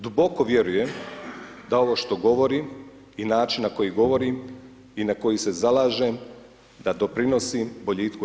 Duboko vjerujem da ovo što govorim i način na koji govorim i na koji se zalažem da doprinosi boljitku RH.